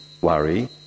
worry